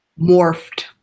morphed